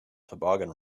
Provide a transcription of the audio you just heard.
toboggan